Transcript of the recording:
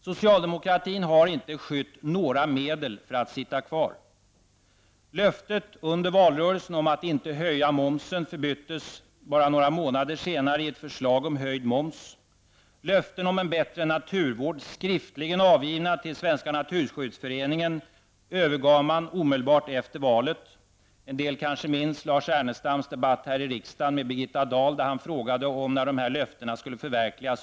Socialdemokratin har inte skytt några medel för att få sitta kvar. Löftet under valrörelsen om att inte höja momsen förbyttes bara några månader senare i ett förslag om höjd moms. Löften om en bättre naturvård, skriftligen avgivna till Svenska naturskyddsföreningen, övergav man omedelbart efter valet. En del kanske minns Lars Ernestams debatt här i riksdagen med Birgitta Dahl, där han frågade när löftena skulle förverkligas.